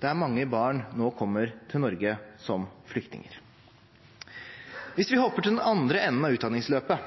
der mange barn nå kommer til Norge som flyktninger. Hvis vi hopper til den andre enden av utdanningsløpet,